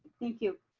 thank you.